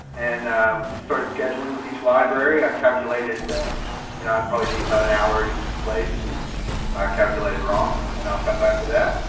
and we started scheduling with each library. i calculated you know i'd probably need about an hour at each place, and i calculated wrong. and i'll come back to that.